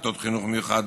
כיתות חינוך מיוחד